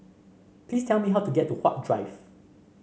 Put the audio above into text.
please tell me how to get to Huat Drive